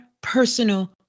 personal